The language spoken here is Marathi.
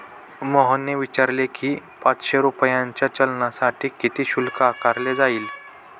मोहनने विचारले की, पाचशे रुपयांच्या चलानसाठी किती शुल्क आकारले जाईल?